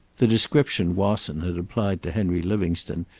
the description wasson had applied to henry livingstone,